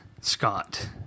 Scott